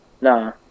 nah